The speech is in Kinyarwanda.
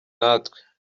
natwe